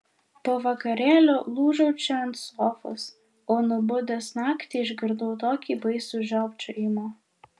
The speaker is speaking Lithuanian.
po vakarėlio lūžau čia ant sofos o nubudęs naktį išgirdau tokį baisų žiopčiojimą